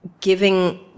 giving